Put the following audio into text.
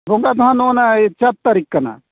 ᱨᱳᱵᱽᱵᱟᱨ ᱢᱟ ᱦᱟᱸᱜ ᱱᱚᱜᱼᱚᱭ ᱪᱟᱨ ᱛᱟᱹᱨᱤᱠᱷ ᱠᱟᱱᱟ